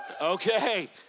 Okay